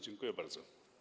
Dziękuję bardzo.